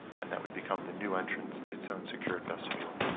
and that would become the new entrance, it's own secured vestibule.